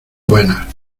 buenas